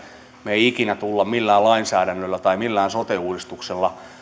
me emme ikinä tule millään lainsäädännöllä tai millään sote uudistuksella